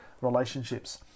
relationships